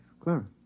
Clara